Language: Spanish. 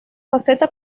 faceta